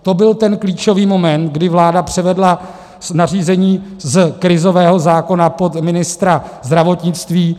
To byl ten klíčový moment, kdy vláda převedla nařízení z krizového zákona pod ministra zdravotnictví.